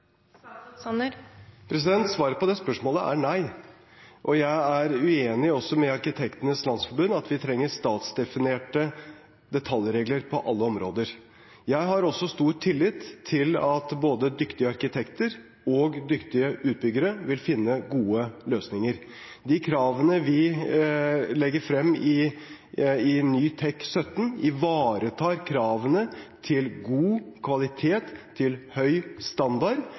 Svaret på det spørsmålet er nei. Jeg er også uenig med Norske arkitekters landsforbund i at vi trenger statsdefinerte detaljregler på alle områder. Jeg har stor tillit til at både dyktige arkitekter og dyktige utbyggere vil finne gode løsninger. De kravene vi legger frem i ny TEK17, ivaretar kravene til god kvalitet, til høy standard,